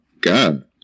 God